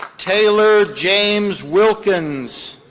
taylor james wilkins.